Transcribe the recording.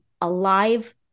alive